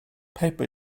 paper